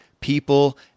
people